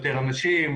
יותר אנשים,